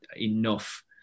enough